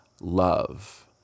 Love